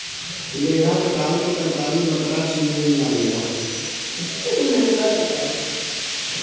लेढ़ा कटहल के तरकारी बकरा नियन लागेला